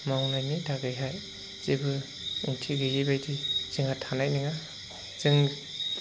मावनायनि थाखायहाय जेबो ओंथि गैयिबायदि जोंहा थानाय नङा जों